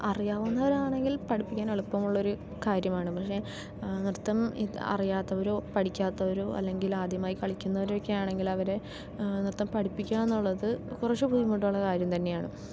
അറിയാവുന്നവരാണെങ്കിൽ പഠിപ്പിക്കാൻ എളുപ്പമുള്ള ഒരു കാര്യമാണ് പക്ഷേ നൃത്തം അറിയാത്തവരോ പഠിക്കാത്തവരോ അല്ലങ്കിൽ ആദ്യമായി കളിക്കുന്നവരോ ഒക്കെയാണെങ്കിൽ അവരെ നൃത്തം പഠിപ്പിക്കുക എന്നുള്ളത് കുറേശ്ശെ ബുദ്ധിമുട്ടുള്ള കാര്യം തന്നെയാണ്